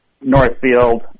Northfield